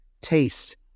taste